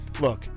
look